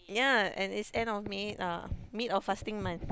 yeah and it's end of May uh mid of fasting month